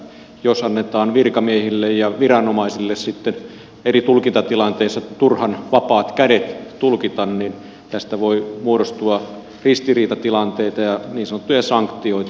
jos annetaan virkamiehille ja viranomaisille sitten eri tulkintatilanteissa turhan vapaat kädet tulkita niin tästä voi muodostua ristiriitatilanteita ja niin sanottuja sanktioita